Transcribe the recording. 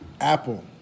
Apple